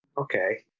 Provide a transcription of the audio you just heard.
Okay